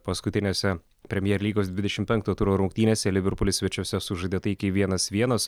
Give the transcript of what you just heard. paskutinėse premjer lygos dvidešimt penkto turo rungtynėse liverpulis svečiuose sužaidė taikiai vienas vienas